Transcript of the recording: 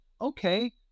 Okay